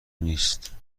نیست